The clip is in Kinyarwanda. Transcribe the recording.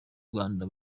rwanda